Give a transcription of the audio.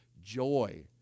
joy